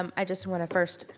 um i just wanna first,